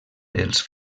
dels